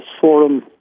Forum